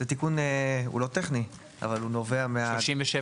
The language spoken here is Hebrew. זה תיקון, הוא לא טכני, אבל הוא נובע --- 37(ב)?